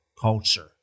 culture